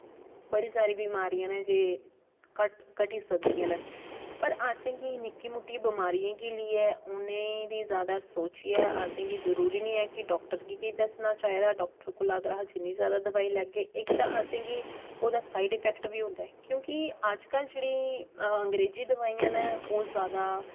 बड़ी सारी बिमारियां न जे घट्ट घटी सकदियां न पर असें गी निक्की मुट्टी बमारियें गी लेइयै उ'नें गी जैदा सोचियै असें गी जरुरी निं ऐ कि डाक्टर गी गै दस्सना चाहिदा डाक्टर कोला अगर एह् जिन्नी जैदा दोआई लैगे इक ते असें गी ओह्दा साइड अफैक्ट बी होंदा क्योंकि अजकल जेह्ड़ी अंग्रेजी दोआइयां न ओह् जैदा